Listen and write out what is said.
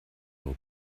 nur